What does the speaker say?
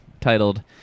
titled